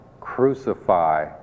crucify